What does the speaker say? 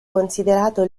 considerato